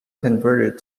converted